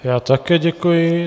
Já také děkuji.